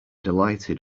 delighted